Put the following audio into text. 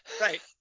right